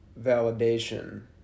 validation